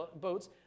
boats